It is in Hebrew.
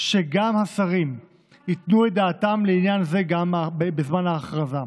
שהשרים ייתנו את דעתם לעניין זה גם בזמן ההכרזה.